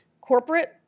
corporate